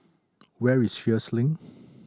where is Sheares Link